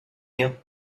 you